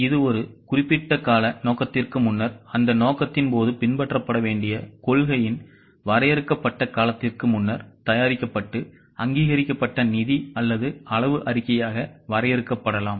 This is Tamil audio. இது ஒரு குறிப்பிட்ட கால நோக்கத்திற்கு முன்னர் அந்த நோக்கத்தின் போது பின்பற்றப்பட வேண்டிய கொள்கையின் வரையறுக்கப்பட்ட காலத்திற்கு முன்னர் தயாரிக்கப்பட்டு அங்கீகரிக்கப்பட்ட நிதி அல்லது அளவு அறிக்கையாக வரையறுக்கப்படலாம்